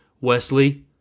Wesley